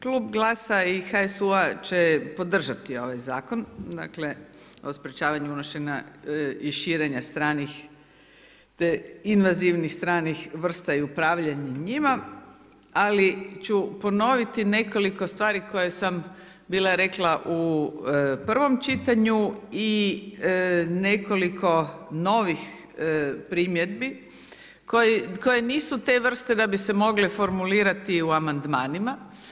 Klub GLAS-a i HSU-a će podržati ovaj Zakon o sprečavanju unošenja i širenja stranih te invazivnih stranih vrsta i upravljanje njima, ali ću ponoviti nekoliko stvari koje sam bila rekla u prvom čitanju i nekoliko novih primjedbi koje nisu te vrste da bi se mogle formulirati u amandmanima.